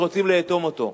רוצים לאטום אותו.